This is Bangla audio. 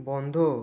বন্ধ